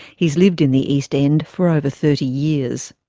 he's lived in the east end for over thirty years.